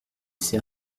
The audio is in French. ses